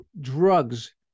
drugs